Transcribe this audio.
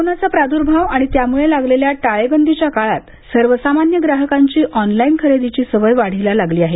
corona प्राद्भाव आणि त्यामुळे लागलेल्या टाळेबंदीच्या काळात सर्वसामान्य ग्राहकांची ऑनलाईन खरेदीची सवय वाढीला लागली आहे